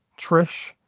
Trish